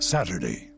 Saturday